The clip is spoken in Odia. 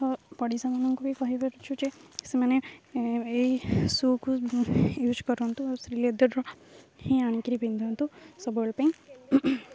ତ ପଡ଼ିଶାମାନଙ୍କୁ ବି କହିପାରୁଛୁ ଯେ ସେମାନେ ଏଇ ସୁ'କୁ ୟୁଜ୍ କରନ୍ତୁ ଆଉ ଶ୍ରୀଲେଦର୍ ହିଁ ଆଣିକିରି ପିନ୍ଧନ୍ତୁ ସବୁବେଳେ ପାଇଁ